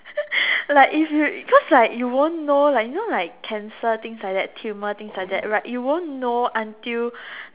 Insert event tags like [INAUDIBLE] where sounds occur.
[LAUGHS] like if you cause like you won't know like you know like cancer things like that tumour things like that right you won't know until